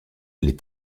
les